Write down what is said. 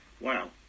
Wow